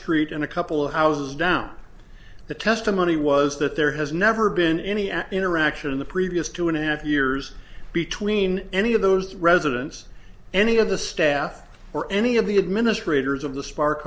street and a couple of houses down the testimony was that there has never been any interaction in the previous two and a half years between any of those residents any of the staff or any of the administrators of the spark